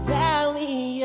valley